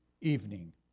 evening